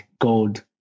gold